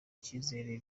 icyizere